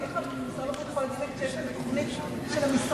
איך משרד הבריאות יכול להיות נגד כשיש להם תוכנית של המשרד?